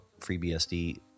FreeBSD